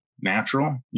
natural